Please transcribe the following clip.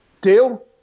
deal